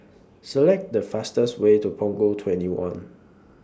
Select The fastest Way to Punggol twenty one